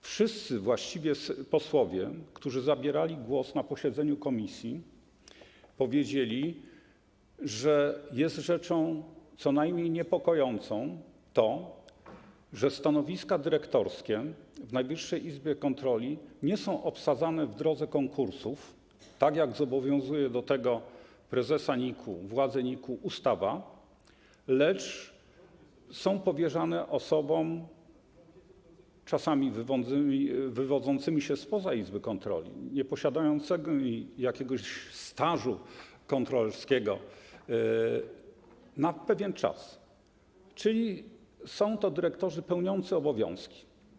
Właściwie wszyscy posłowie, którzy zabierali głos na posiedzeniu komisji, powiedzieli, że jest rzeczą co najmniej niepokojącą to, że stanowiska dyrektorskie w Najwyższej Izbie Kontroli nie są obsadzane w drodze konkursów, tak jak zobowiązuje do tego prezesa NIK-u, władze NIK-u ustawa, lecz są powierzane osobom, czasami wywodzącym się spoza Najwyższej Izby Kontroli, nieposiadającym jakiegoś stażu kontrolerskiego, na pewien czas, czyli są to dyrektorzy pełniący obowiązki.